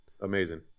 amazing